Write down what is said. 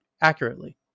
accurately